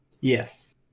yes